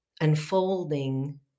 unfolding